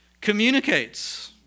communicates